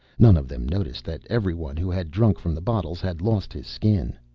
none of them noticed that every one who had drunk from the bottles had lost his skin.